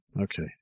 Okay